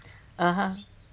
(uh huh)